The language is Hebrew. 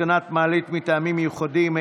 התקנת מעלית מטעמים מיוחדים),